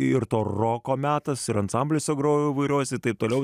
ir to roko metas ir ansambliuose grojau įvairiuose ir taip toliau